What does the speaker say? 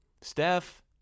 Steph